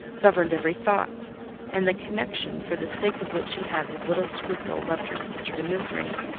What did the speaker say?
governed every thought and the connection, for the sake of which he had, with little scruple, left her sister to misery,